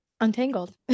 untangled